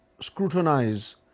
scrutinize